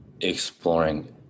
exploring